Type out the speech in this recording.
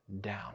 down